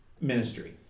ministry